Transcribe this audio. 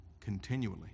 continually